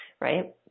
right